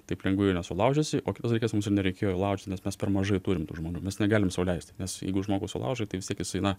taip lengvai jo nesulaužysi o kitas dalykas mums ir nereikėjo jo laužt nes mes per mažai turim tų žmonių mes negalim sau leisti nes jeigu žmogų sulaužai tai vis tiek jisai na